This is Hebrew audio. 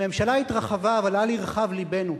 הממשלה התרחבה, אבל אל ירחב לבנו,